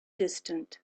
distant